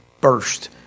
burst